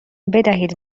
بدهید